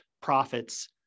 profits